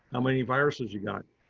how many viruses you got.